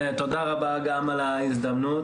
תודה רבה גם על ההזדמנות,